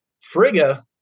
Frigga